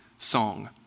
Song